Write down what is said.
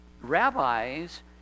rabbis